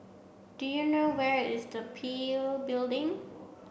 do you know where is the P I L Building